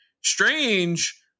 Strange